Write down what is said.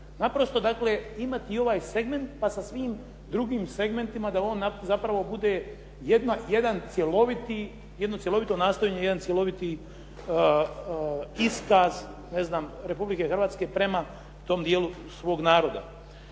Naprosto, dakle imati i ovaj segment, pa sa svim drugim segmentima da on zapravo bude jedno cjelovito nastojanje, jedan cjeloviti iskaz, ne znam Republike Hrvatske prema tom dijelu svog naroda.